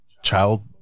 child